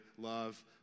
love